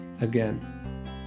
again